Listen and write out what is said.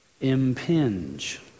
impinge